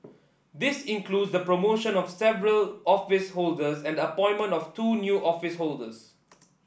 this includes the promotion of several office holders and the appointment of two new office holders